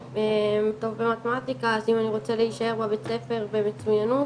טוב במתמטיקה ואם אני רוצה להישאר בבית ספר למצוינות